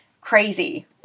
crazy